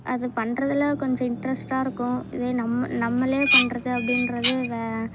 அது பண்றதுலாம் கொஞ்சம் இன்ட்ரஸ்டாக இருக்கும் இதே நம் நம்மளே பண்ணுறது அப்படீன்றது